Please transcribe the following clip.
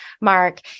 mark